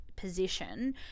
position